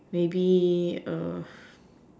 maybe err